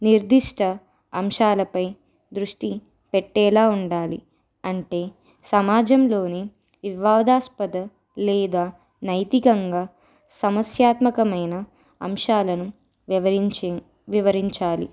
నిర్దిష్ట అంశాలపై దృష్టి పెట్టేలా ఉండాలి అంటే సమాజంలోని వివాదాస్పద లేదా నైతికంగా సమస్యాత్మకమైన అంశాలను వివరించే వివరించాలి